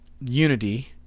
unity